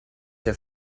der